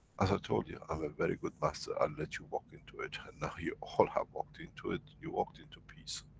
as i told you, i'm a very good master, i'll let you walk into it, and now you all have walked into it, you walked into peace,